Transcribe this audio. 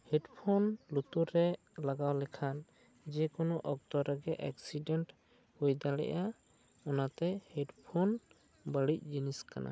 headphone ᱞᱩᱛᱩᱨ ᱨᱮ ᱞᱟᱜᱟᱣ ᱞᱮᱠᱷᱟᱱ ᱡᱮ ᱠᱳᱱᱳ ᱚᱠᱛᱚ ᱨᱮ ᱮᱠᱥᱤᱰᱮᱱᱴ ᱦᱩᱭ ᱫᱟᱲᱮᱜᱼᱟ ᱚᱱᱟᱛᱮ ᱦᱮᱰᱯᱷᱳᱱ ᱵᱟᱹᱲᱤᱡ ᱡᱤᱱᱤᱥ ᱠᱟᱱᱟ